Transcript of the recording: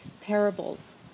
Parables